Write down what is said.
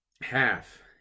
half